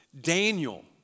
Daniel